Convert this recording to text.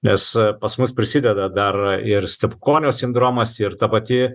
nes pas mus prisideda dar ir stepukonio sindromas ir ta pati